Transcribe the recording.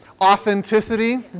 authenticity